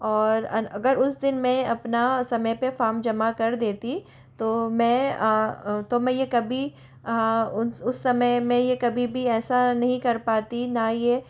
और अगर उस दिन में अपना समय पर फार्म जमा कर देती तो मैं तो मैं ये कभी उस उस समय में ये कभी भी ऐसा नहीं कर पाती ना ये